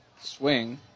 swing